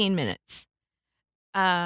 minutes